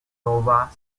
nova